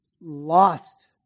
lost